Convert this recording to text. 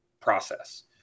process